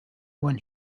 when